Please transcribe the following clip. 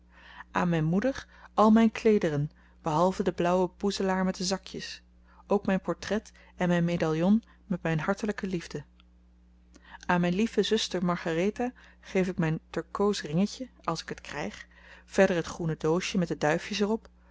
aan mijne moeder al mijn kleederen behalve de blauwe boezelaar met de zakjes ook mijn portret en mijn medaljon met mijn hartelijke liefde aan mijn lieve zuster margaretha geef ik mijn turkoos ringetje als ik het krijg verder het groene doosje met de duifjes er